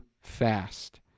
fast